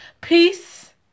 peace